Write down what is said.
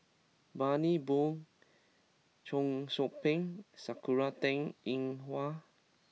Bani Buang Cheong Soo Pieng Sakura Teng Ying Hua